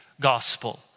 gospel